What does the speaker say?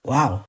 Wow